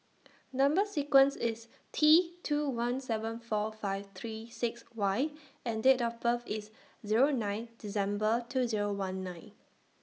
Number sequence IS T two one seven four five three six Y and Date of birth IS Zero nine December two Zero one nine